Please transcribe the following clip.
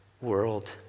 world